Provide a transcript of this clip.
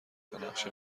تانقشه